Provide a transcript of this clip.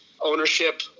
ownership